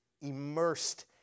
immersed